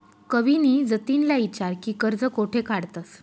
कविनी जतिनले ईचारं की कर्ज कोठे काढतंस